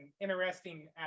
interesting